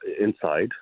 inside